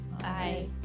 Bye